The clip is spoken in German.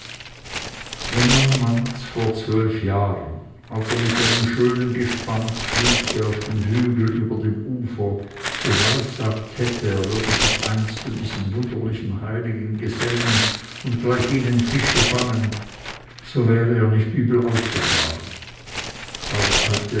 wenn man manz vor zwölf jahren als er mit einem schönen gespann pflügte auf dem hügel über dem ufer geweissagt hätte er würde sich einst zu diesen wunderlichen heiligen gesellen und gleich ihnen fische fangen so wäre er nicht übel aufgefahren auch eilte